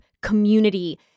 community